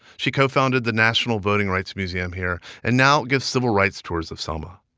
she co-founded the national voting rights museum here and now gives civil rights tours of selma.